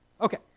Okay